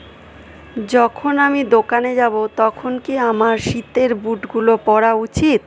যখন আমি দোকানে যাবো তখন কি আমার শীতের বুটগুলো পরা উচিত